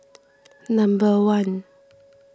number one